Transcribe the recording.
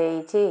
ଦେଇଛି